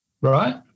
Right